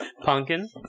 Pumpkin